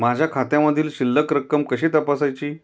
माझ्या खात्यामधील शिल्लक रक्कम कशी तपासायची?